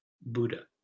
Buddha